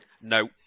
No